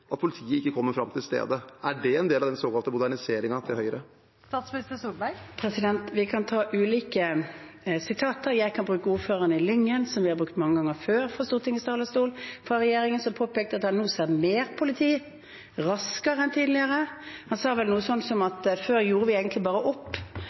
at politiet ikke kommer fram til stedet? Er det en del av den såkalte moderniseringen til Høyre? Vi kan ta ulike sitater. Jeg kan bruke et fra ordføreren i Lyngen som vi fra regjeringen har brukt mange ganger før fra Stortingets talerstol. Han påpekte at han nå ser mer politi, raskere enn tidligere. Han sa vel noe slikt som